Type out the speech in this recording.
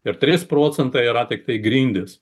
ir trys procentai yra tiktai grindys